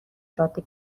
جاده